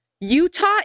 Utah